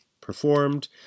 performed